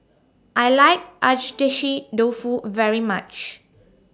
I like Agedashi Dofu very much